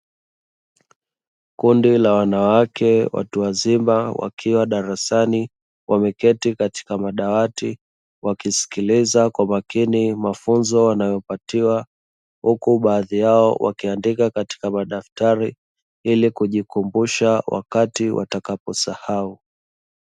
Kundi la wanawake watu wazima wakiwa darasani wameketi katika madawati wakiskiliza kwa makini mafunzo wanayopatiwa, huku baadhi yao wakiandika katika madaftari ili kujikumbusha wakati watakaposahau.